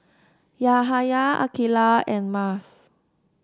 Yahaya Aqilah and Mas